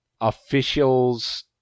officials